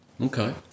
Okay